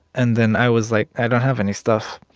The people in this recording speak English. and then i was like, i don't have any stuff.